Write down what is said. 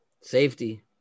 Safety